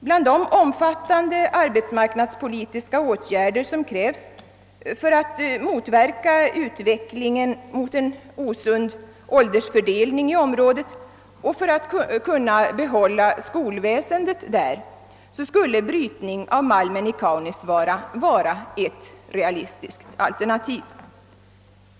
Bland de omfattande arbetsmarknadspolitiska åtgärder som krävs för att motverka utvecklingen mot en osund åldersfördelning i området och för att kunna behålla skolväsendet där skulle brytning av malmen i Kaunisvaara vara ett realistiskt alternativ.